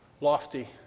lofty